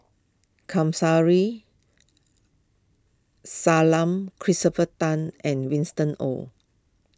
Kamsari Salam Christopher Tan and Winston Oh